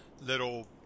little